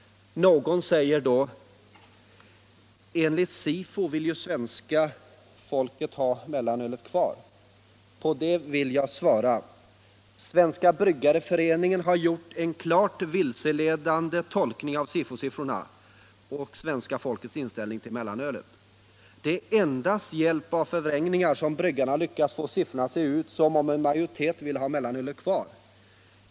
Någon säger då: Enligt SIFO vill ju svenska folket ha mellanölet kvar. På det vill jag svara: Svenska bryggareföreningen har gjort en klart vilseledande tolkning av SIFO-siffrorna och svenska folkets inställning till mellanölet. Det är endast med hjälp av förvrängningar som bryggarna har lyckats få siffrorna att se ut som om en majoritet vill ha mellanölet kvar.